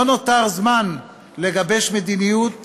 לא נותר זמן לגבש מדיניות